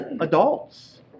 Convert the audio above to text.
adults